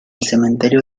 cementerio